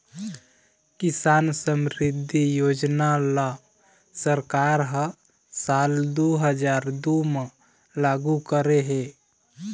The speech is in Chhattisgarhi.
किसान समरिद्धि योजना ल सरकार ह साल दू हजार दू म लागू करे हे